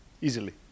easily